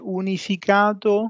unificato